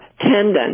tendon